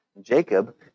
Jacob